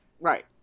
Right